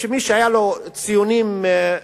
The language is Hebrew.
מי שהיו לו ציונים מסוימים,